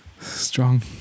Strong